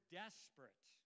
desperate